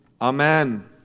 amen